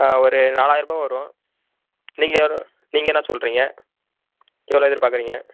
ஆ ஒரு நாலாயிரூபா வரும் நீங்கள் என்ன நீங்கள் என்ன சொல்லுறீங்க எவ்வளோ எதிர் பார்க்கறீங்க